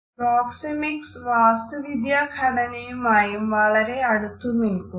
proxemics വാസ്തുവിദ്യാ ഘടനയുമായും വളരെ അടുത്തു നില്ക്കുന്നു